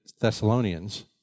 Thessalonians